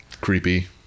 Creepy